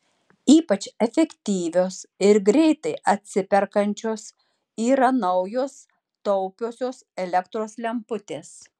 ypač efektyvios ir greitai atsiperkančios yra naujos taupiosios elektros lemputės